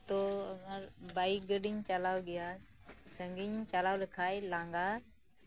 ᱛᱚ ᱟᱨ ᱵᱟᱭᱤᱠ ᱜᱟᱰᱤᱧ ᱪᱟᱞᱟᱣ ᱜᱮᱭᱟ ᱥᱟᱸᱜᱤᱧ ᱪᱟᱞᱟᱣ ᱞᱮᱠᱷᱟᱡ ᱞᱟᱸᱜᱟ